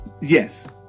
yes